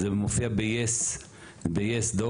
זה מופיע ב-yes דוקו.